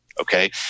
Okay